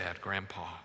grandpa